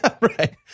right